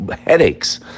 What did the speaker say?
headaches